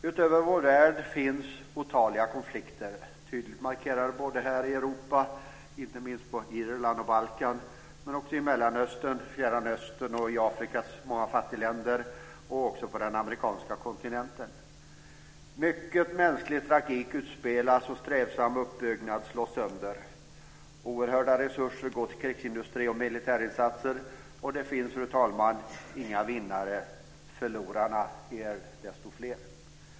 Över hela vår värld finns otaliga konflikter tydligt markerade, här i Europa, inte minst på Irland och Balkan, men också i Mellanöstern, Fjärran Östern, Afrikas många fattigländer och också på den amerikanska kontinenten. Mycket mänsklig tragik utspelas och strävsam uppbyggnad slås sönder. Oerhörda resurser går till krigsindustri och militärinsatser, och det finns, fru talman, inga vinnare. Förlorarna är desto fler.